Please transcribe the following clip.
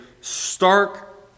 stark